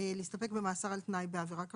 להסתפק במאסר על תנאי בעבירה כזאת.